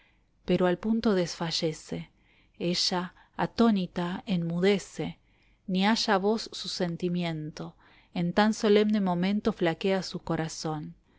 pero al punto desfallece ella atónita enmudece ni halla voz su sentimiento en tan solemne momento plaquea su corazón